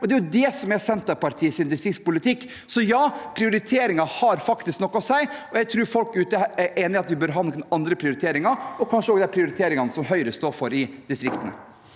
det er det som er Senterpartiets distriktspolitikk. Så ja, prioriteringer har faktisk noe å si, og jeg tror folk der ute er enig i at vi bør ha andre prioriteringer – og kanskje også de prioriteringene som Høyre står for i distriktene.